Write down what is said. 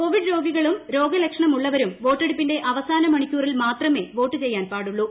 Covid രോഗികളും രോഗലക്ഷണമുള്ളവരും വോട്ടെടുപ്പിന്റെ അവസാന മണിക്കൂറിൽ മാത്രമേ വോട്ട് ചെയ്യാൻ പാടുള്ളൂ